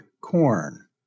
corn